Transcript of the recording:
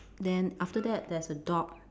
then after that there's a dog